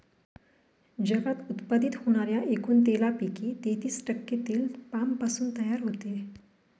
जगात उत्पादित होणाऱ्या एकूण तेलापैकी तेहतीस टक्के तेल पामपासून तयार होते